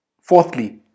Fourthly